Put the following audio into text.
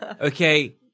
okay